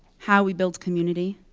how we build community.